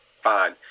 fine